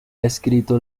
escrito